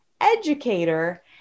educator